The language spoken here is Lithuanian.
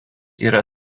yra